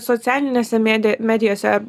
socialinėse medi medijose